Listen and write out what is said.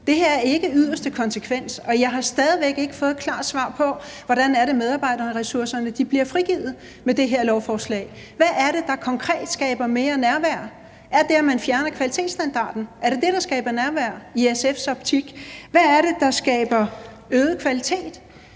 Det her er ikke yderste konsekvens. Og jeg har stadig væk ikke fået et klart svar på, hvordan medarbejderressourcerne bliver frigivet med det her lovforslag. Hvad er det, der konkret skaber mere nærvær? Er det, at man fjerner kvalitetsstandarden? Er det det, der skaber nærvær i SF's optik? Hvad er det, der skaber øget kvalitet?